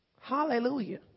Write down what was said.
Hallelujah